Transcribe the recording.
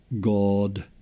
God